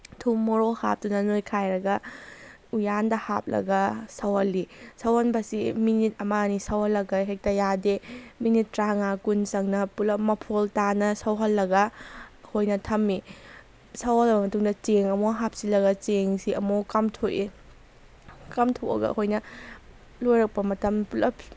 ꯊꯨꯝ ꯃꯣꯔꯣꯛ ꯍꯥꯞꯇꯨꯅ ꯅꯣꯏꯈꯥꯏꯔꯒ ꯎꯌꯥꯟꯗ ꯍꯥꯞꯂꯒ ꯁꯧꯍꯜꯂꯤ ꯁꯧꯍꯟꯕꯁꯤ ꯃꯤꯅꯤꯠ ꯑꯃ ꯑꯅꯤ ꯁꯧꯍꯜꯂꯒ ꯍꯦꯛꯇ ꯌꯥꯗꯦ ꯃꯤꯅꯤꯠ ꯇꯔꯥꯃꯉꯥ ꯀꯨꯟ ꯆꯪꯅ ꯄꯨꯂꯞ ꯃꯐꯣꯜ ꯇꯥꯅ ꯁꯧꯍꯜꯂꯒ ꯑꯩꯈꯣꯏꯅ ꯊꯝꯃꯤ ꯁꯧꯍꯜꯂꯕ ꯃꯇꯨꯡꯗ ꯆꯦꯡ ꯑꯃꯨꯛ ꯍꯥꯞꯆꯤꯜꯂꯒ ꯆꯦꯡꯁꯤ ꯑꯃꯨꯛ ꯀꯥꯝꯊꯣꯛꯑꯦ ꯀꯥꯝꯊꯣꯛꯑꯒ ꯑꯩꯈꯣꯏꯅ ꯂꯣꯏꯔꯛꯄ ꯃꯇꯝꯗ ꯄꯨꯂꯞ